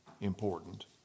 important